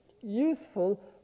useful